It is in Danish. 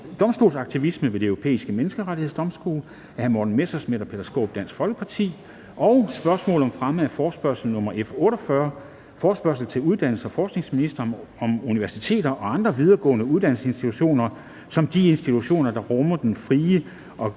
domstolsaktivismen ved Den Europæiske Menneskerettighedsdomstol. Af Morten Messerschmidt (DF) og Peter Skaarup (DF). (Anmeldelse 20.02.2020). 5) Spørgsmål om fremme af forespørgsel nr. F 48: Forespørgsel til uddannelses- og forskningsministeren om universitetet og andre videregående uddannelsesinstitutioner som de institutioner, der rummer den frie og